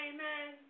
Amen